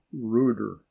ruder